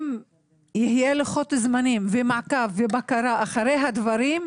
אם יהיה לוחות זמנים ומעקב ובקרה אחרי הדברים,